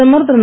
பிரதமர் திரு